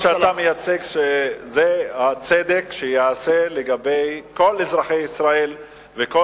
הקו שאתה מייצג זה הצדק שייעשה לגבי כל אזרחי ישראל וכל